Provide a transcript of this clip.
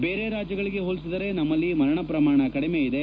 ಬೇರೆ ರಾಜ್ಯಗಳಿಗೆ ಹೋಲಿಸಿದರೆ ನಮ್ಮಲ್ಲಿ ಮರಣ ಪ್ರಮಾಣ ಕಡಿಮೆ ಇದೆ